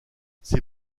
c’est